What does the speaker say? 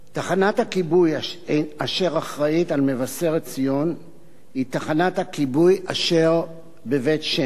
תחנת הכיבוי אשר אחראית למבשרת-ציון היא תחנת הכיבוי אשר בבית-שמש.